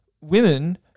women